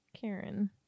Karen